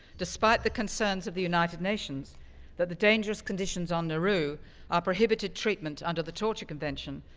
despite the concerns of the united nations that the dangerous conditions on nauru are prohibited treatment under the torture convention,